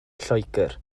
lloegr